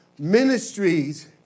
ministries